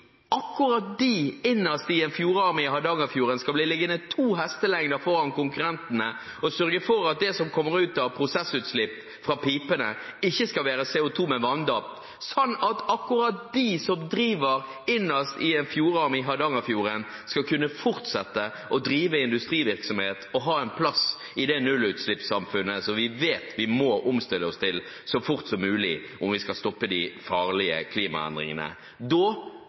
akkurat de, innerst i en fjordarm i Hardangerfjorden, skal bli liggende to hestelengder foran konkurrentene og sørge for at det som kommer ut av prosessutslipp fra pipene, ikke skal være CO2, men vanndamp, sånn at akkurat de som driver innerst i en fjordarm i Hardangerfjorden, skal kunne fortsette å drive industrivirksomhet og ha en plass i det nullutslippssamfunnet som vi vet vi må omstille oss til så fort som mulig, om vi skal stoppe de farlige klimaendringene – da